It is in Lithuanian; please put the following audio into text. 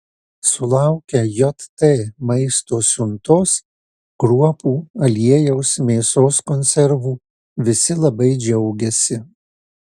sulaukę jt maisto siuntos kruopų aliejaus mėsos konservų visi labai džiaugiasi